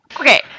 Okay